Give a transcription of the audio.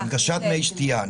אני מדבר על הנגשת מי שתייה.